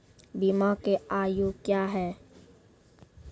बीमा के आयु क्या हैं?